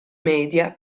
media